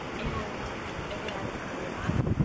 and again, when you're done,